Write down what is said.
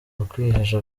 ukwihesha